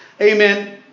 Amen